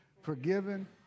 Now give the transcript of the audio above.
forgiven